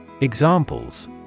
Examples